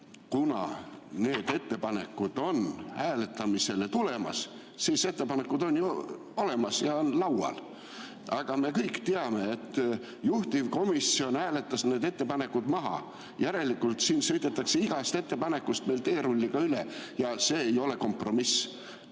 kuna need ettepanekud on hääletamisele tulemas, siis ettepanekud on ju olemas ja on laual. Aga me kõik teame, et juhtivkomisjon hääletas need ettepanekud maha. Järelikult siin sõidetakse igast ettepanekust meil teerulliga üle. See ei ole kompromiss.